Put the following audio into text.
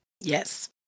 Yes